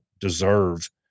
deserve